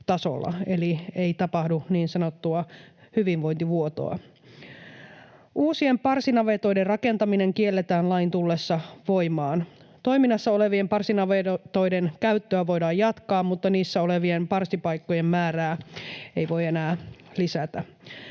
eli ei tapahdu niin sanottua hyvinvointivuotoa. Uusien parsinavetoiden rakentaminen kielletään lain tullessa voimaan. Toiminnassa olevien parsinavetoiden käyttöä voidaan jatkaa, mutta niissä olevien parsipaikkojen määrää ei voi enää lisätä.